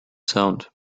sound